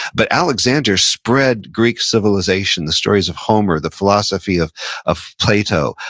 but alexander spread greek civilization, the stories of homer, the philosophy of of plato,